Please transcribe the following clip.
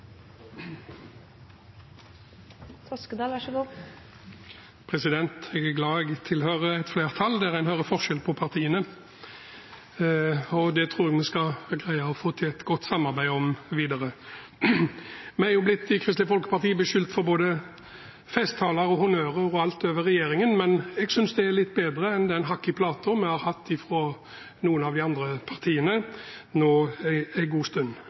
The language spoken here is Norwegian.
Jeg er glad jeg tilhører et flertall der en hører forskjell på partiene, og jeg tror vi skal greie å få til et godt samarbeid videre. Vi i Kristelig Folkeparti er blitt beskyldt for både festtaler og honnørord om regjeringen, men jeg synes det er litt bedre enn den hakk-i-plata vi har hørt fra noen av de andre partiene nå en god stund.